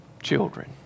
children